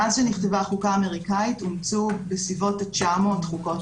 מאז שנכתבה החוקה האמריקאית אומצו בסביבות 900 חוקות